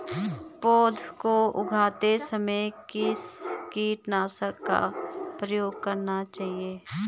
पौध को उगाते समय किस कीटनाशक का प्रयोग करना चाहिये?